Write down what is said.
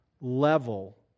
level